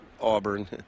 Auburn